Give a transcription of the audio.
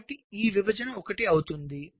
కాబట్టి ఈ విభజన 1 అవుతుంది